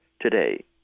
today